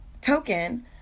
token